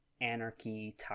Anarchy